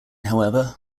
however